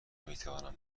میتوانم